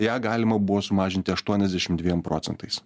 ją galima buvo sumažinti aštuoniasdešimt dviem procentais